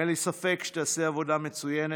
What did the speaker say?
אין לי ספק שתעשה עבודה מצוינת,